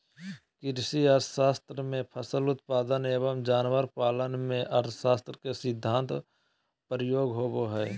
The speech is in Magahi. कृषि अर्थशास्त्र में फसल उत्पादन एवं जानवर पालन में अर्थशास्त्र के सिद्धान्त प्रयोग होबो हइ